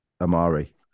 Amari